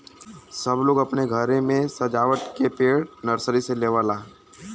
सब लोग अपने घरे मे सजावत के पेड़ नर्सरी से लेवला